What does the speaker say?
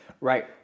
right